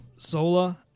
zola